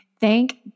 thank